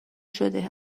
شده